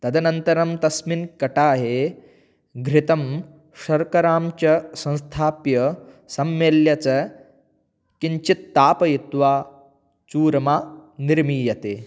तदनन्तरं तस्मिन् कटाहे घृतं शर्करां च संस्थाप्य सम्मेल्य च किञ्चित् तापयित्वा चूरमा निर्मीयते